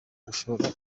gushora